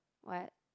what